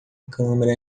câmera